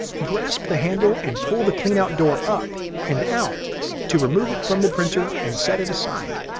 grasp the handle and pull the cleanout door up and out to remove it from the printer and set it aside.